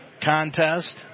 contest